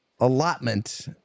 allotment